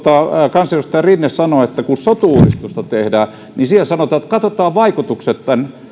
kansanedustaja rinne sanoi että kun sotu uudistusta tehdään niin katsotaan vaikutukset